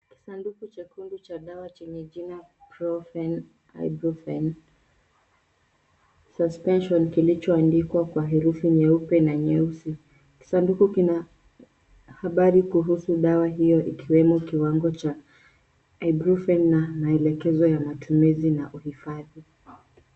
Kisanduku chekundu cha dawa chenye jina Profen Ibuprofen suspension kilicho andikwa kwa herufi nyeupe na nyeusi kisanduku kina habari kuhusu dawa hiyo ikiwemo kiwango cha ibuprofen na maelekezo ya matumizi na uhifadhi.